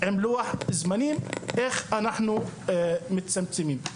עם לוח זמנים לאיך אנחנו מצמצמים אותם.